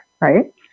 Right